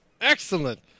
excellent